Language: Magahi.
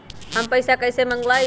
हम पैसा कईसे मंगवाई?